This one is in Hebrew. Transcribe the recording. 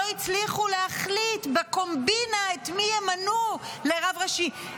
לא הצליחו להחליט בקומבינה את מי ימנו לרב ראשי?